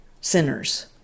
sinners